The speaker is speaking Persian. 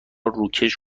روکش